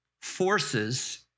forces